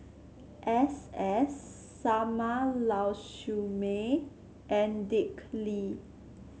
S S Sarma Lau Siew Mei and Dick Lee